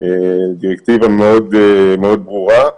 דירקטיבה מאוד ברורה,